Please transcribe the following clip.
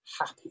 happy